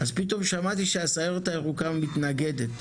אז פתאום שמעתי שהסיירת הירוקה מתנגדת.